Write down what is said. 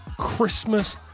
Christmas